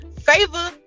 favor